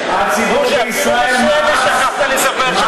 הציבור בישראל, שכחת לספר,